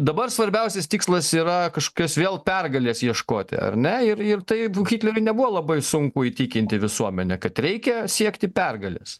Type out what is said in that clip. dabar svarbiausias tikslas yra kažkokios vėl pergalės ieškoti ar ne ir ir taip hitleriui nebuvo labai sunku įtikinti visuomenę kad reikia siekti pergalės